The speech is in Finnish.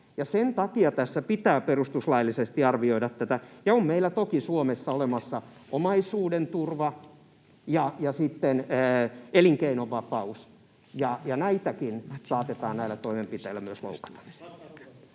Sen takia tässä pitää perustuslaillisesti arvioida tätä. Ja on meillä toki Suomessa olemassa omaisuuden turva ja sitten elinkeinovapaus, ja näitäkin saatetaan näillä toimenpiteillä myös loukata.